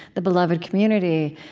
the beloved community.